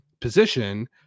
position